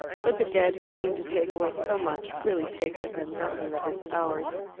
for the dead, who seemed to take away so much, really take with them nothing that is ours.